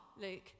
Luke